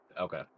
Okay